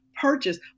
purchase